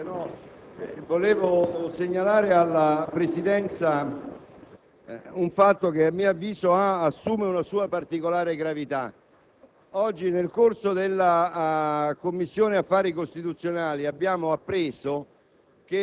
Presidente, desidero segnalare alla Presidenza un fatto che a mio avviso assume una sua particolare gravità. Oggi, nel corso della seduta della Commissione affari costituzionali, abbiamo appreso